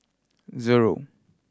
zero